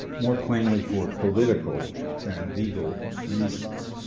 more plainly, for political than legal reasons.